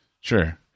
Sure